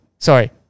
Sorry